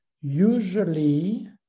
Usually